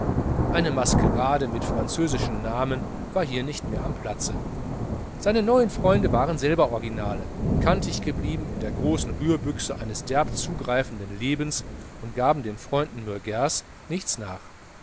eine maskerade mit französischem namen war hier nicht mehr am platze seine neuen freunde waren selber originale kantig geblieben in der großen rührbüchse eines derb zugreifenden lebens und gaben den freunden mürgers nichts nach